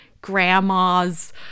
grandma's